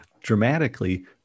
dramatically